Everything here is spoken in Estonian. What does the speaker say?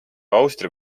austria